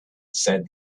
said